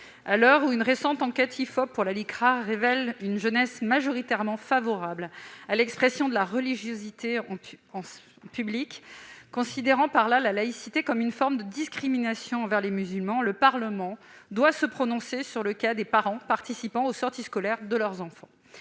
À l'heure où une récente enquête de l'IFOP pour la Licra révèle une jeunesse majoritairement favorable à l'expression de la religiosité en public, considérant ainsi la laïcité comme une forme de discrimination envers les musulmans, le Parlement doit se prononcer sur le cas des parents participant aux sorties scolaires de leurs enfants.